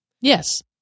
Yes